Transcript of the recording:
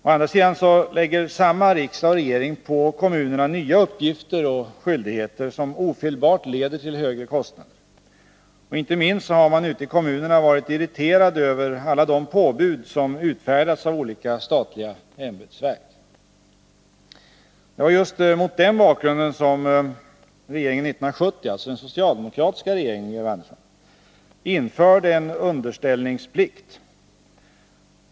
Å andra sidan lägger samma riksdag och samma regering på kommunerna nya uppgifter och skyldigheter, som ofelbart leder till högre kostnader för dem. Inte minst har man ute i kommunerna varit irriterad över alla de påbud som utfärdats av olika statliga ämbetsverk. Det var just mot den bakgrunden som regeringen 1970 — alltså den socialdemokratiska regeringen, Georg Andersson — införde en underställningsplikt.